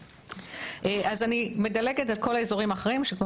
אני מדלגת על כל האזורים האחרים שכמו